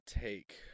take